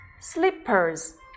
slippers